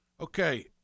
Okay